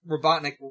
Robotnik-